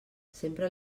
sempre